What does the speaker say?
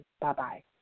Bye-bye